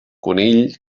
conill